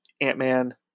ant-man